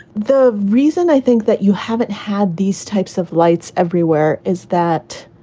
the reason i think that you haven't had these types of lights everywhere is that,